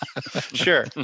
Sure